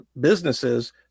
businesses